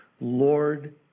Lord